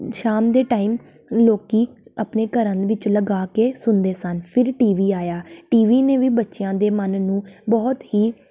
ਸ਼ਾਮ ਦੇ ਟਾਈਮ ਲੋਕ ਆਪਣੇ ਘਰਾਂ ਦੇ ਵਿੱਚ ਲਗਾ ਕੇ ਸੁਣਦੇ ਸਨ ਫਿਰ ਟੀਵੀ ਆਇਆ ਟੀਵੀ ਨੇ ਵੀ ਬੱਚਿਆਂ ਦੇ ਮਨ ਨੂੰ ਬਹੁਤ ਹੀ